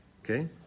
Okay